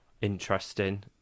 interesting